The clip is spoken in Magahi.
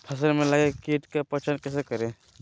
फ़सल में लगे किट का पहचान कैसे करे?